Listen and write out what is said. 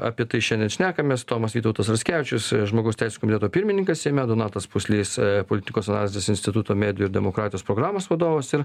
apie tai šiandien šnekamės tomas vytautas raskevičius žmogaus teisių komiteto pirmininkas seime donatas pūslys politikos analizės instituto medijų ir demokratijos programos vadovas ir